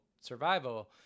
survival